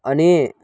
अनि